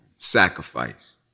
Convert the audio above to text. sacrifice